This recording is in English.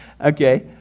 okay